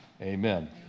Amen